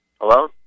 Hello